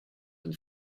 and